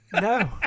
No